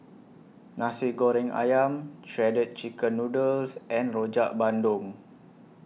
Nasi Goreng Ayam Shredded Chicken Noodles and Rojak Bandung